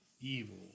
evil